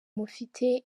mufite